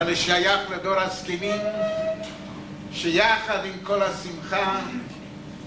אני שייך לדור הסלימים, שיחד עם כל השמחה